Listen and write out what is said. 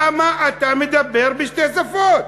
למה אתה מדבר בשתי שפות?